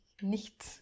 nicht